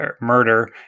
murder